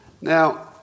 Now